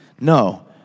No